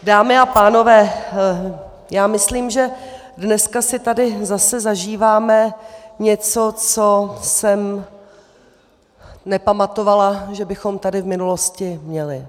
Dámy a pánové, já myslím, že dneska si tady zase zažíváme něco, co jsem nepamatovala, že bychom tady v minulosti měli.